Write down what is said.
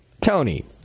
Tony